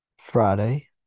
Friday